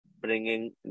bringing